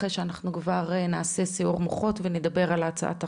אחרי שנעשה סיעור מוחות ונדבר על הצעת החוק.